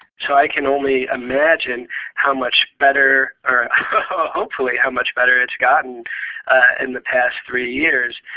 so i can only imagine how much better or hopefully how much better it's gotten in the past three years.